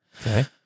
Okay